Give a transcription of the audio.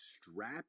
strap